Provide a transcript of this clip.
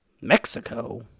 Mexico